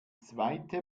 zweite